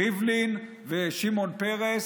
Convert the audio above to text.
ריבלין ושמעון פרס.